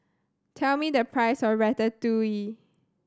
tell me the price of Ratatouille